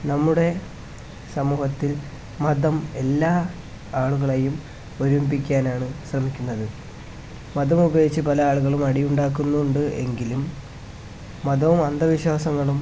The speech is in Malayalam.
നമ്മുടെ സമൂഹത്തില് മതം എല്ലാ ആളുകളെയും ഒരുമിപ്പിക്കാനാണ് ശ്രമിക്കുന്നത് മതമുപയോഗിച്ച് പല ആളുകളും അടിയുണ്ടാക്കുന്നുണ്ട് എങ്കിലും മതവും അന്ധവിശ്വാസങ്ങളും